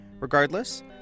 Regardless